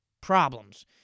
problems